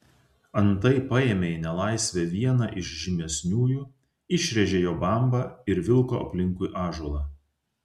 antai paėmė į nelaisvę vieną iš žymesniųjų išrėžė jo bambą ir vilko aplinkui ąžuolą